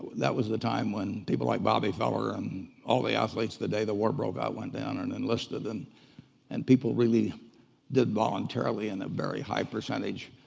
that was the time when people like bobby feller and all the athletes, the day the war broke out went down and enlisted, and and people really did voluntarily. and a very high percentage